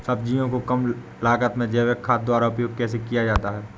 सब्जियों को कम लागत में जैविक खाद द्वारा उपयोग कैसे किया जाता है?